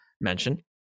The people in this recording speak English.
mention